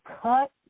cut